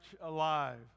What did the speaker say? alive